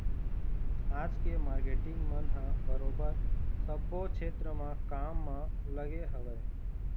आज के मारकेटिंग मन ह बरोबर सब्बो छेत्र म काम म लगे हवँय